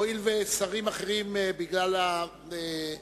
הואיל ושרים אחרים לא באו לענות בגלל העיסוק